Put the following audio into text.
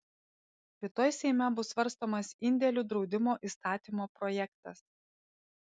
rytoj seime bus svarstomas indėlių draudimo įstatymo projektas